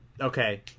okay